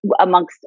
Amongst